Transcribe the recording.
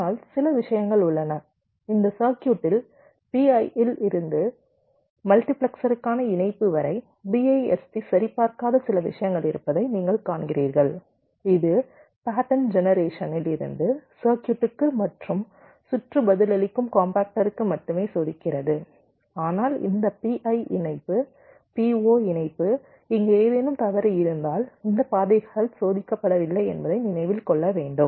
ஆனால் சில விஷயங்கள் உள்ளன இந்த சர்க்யூட்டில் PI இல் இருந்து மல்டிபிளெக்சருக்கான இணைப்பு வரை BIST சரிபார்க்காத சில விஷயங்கள் இருப்பதை நீங்கள் காண்கிறீர்கள் இது பேட்டர்ன் ஜென ரேஷனில் இருந்து சர்க்யூட்டுக்கு மற்றும் சுற்றுக்கு பதிலளிக்கும் காம்பாக்டருக்கு மட்டுமே சோதிக்கிறது ஆனால் இந்த PI இணைப்பு PO இணைப்பு இங்கே ஏதேனும் தவறு இருந்தால் இந்த பாதைகள் சோதிக்கப்படவில்லை என்பதை நினைவில் கொள்ள வேண்டும்